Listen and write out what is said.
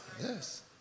Yes